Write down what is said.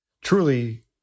truly